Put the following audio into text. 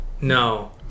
No